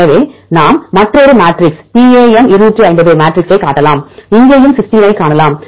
எனவே நாம் மற்றொரு மேட்ரிக்ஸ் பிஏஎம் 250 மேட்ரிக்ஸைக் காட்டலாம் இங்கேயும் சிஸ்டைனைக் காணலாம்